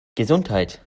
gesundheit